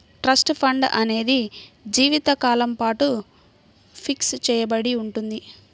trust fund అనేది జీవితకాలం పాటు ఫిక్స్ చెయ్యబడి ఉంటుంది